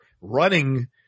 running